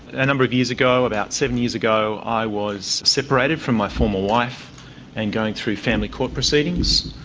a number of years ago, about seven years ago, i was separated from my former wife and going through family court proceedings.